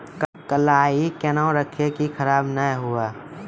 कलाई केहनो रखिए की खराब नहीं हुआ?